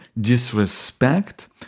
disrespect